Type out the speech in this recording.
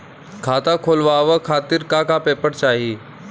खाता खोलवाव खातिर का का पेपर चाही?